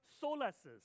solaces